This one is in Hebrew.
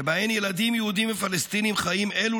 שבהן ילדים יהודים ופלסטינים חיים אלו